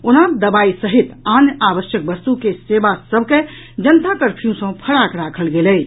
ओना दवाई सहित आन आवश्यक वस्तु के सेवा सभ के जनता कर्फ्यू सँ फराक राखल गेल अछि